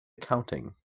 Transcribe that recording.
accounting